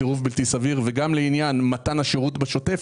סירוב בלתי סביר וגם לעניין מתן השירות בשוטף,